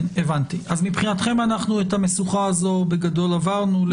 אז מבחינתכם אנחנו את המשוכה הזו בגדול עברנו.